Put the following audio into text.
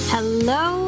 Hello